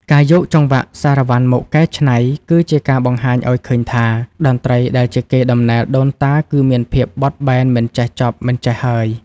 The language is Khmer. ការយកចង្វាក់សារ៉ាវ៉ាន់មកកែច្នៃ គឺជាការបង្ហាញឱ្យឃើញថា តន្ត្រីដែលជាកេរដំណែលដូនតាគឺមានភាពបត់បែនមិនចេះចប់មិនចេះហើយ។